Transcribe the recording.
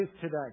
today